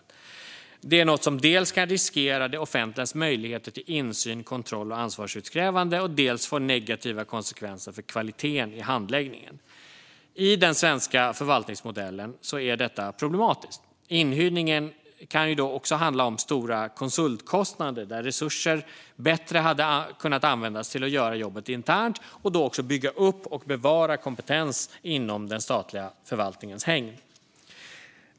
Detta är något som dels kan riskera det offentligas möjligheter till insyn, kontroll och ansvarsutkrävande, dels få negativa konsekvenser för kvaliteten i handläggningen. I den svenska förvaltningsmodellen är detta problematiskt. Inhyrningen kan också handla om stora konsultkostnader, där resurserna bättre hade använts till att göra jobbet internt och då också till att bygga upp och bevara kompetensen inom den statliga förvaltningens hägn.